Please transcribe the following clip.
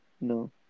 No